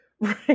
right